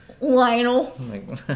lionel